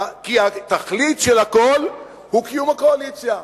כי התכלית של הכול היא קיום הקואליציה.